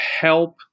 help